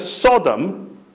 Sodom